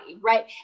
right